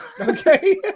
Okay